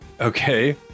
Okay